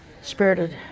Spirited